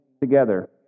together